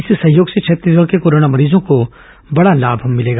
इस सहयोग से छत्तीसगढ़ के कोरोना मरीजों को बड़ा लाभ मिलेगा